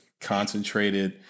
concentrated